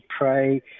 pray